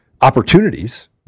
opportunities